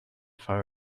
for